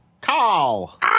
Call